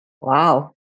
Wow